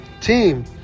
team